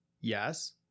yes